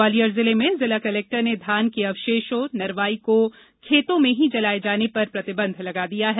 ग्वालियर जिले में जिला कलेक्टर ने धान के अवशेषों नरवाई को खेतों में ही जलाये जाने पर प्रतिबंध लगा दिया है